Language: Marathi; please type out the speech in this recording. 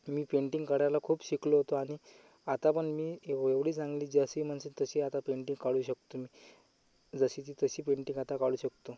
मी पेंटिंग काढायला खूप शिकलो होतो आणि आता पण मी येव एवढी चांगली जशी म्हणशील तशी आता पेंटिंग काढू शकतो मी जशीची तशी पेंटिंग आता काढू शकतो